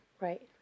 Right